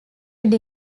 lived